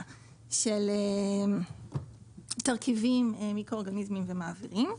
של תרכיבים, מיקרואורגניסמים ומעבירים.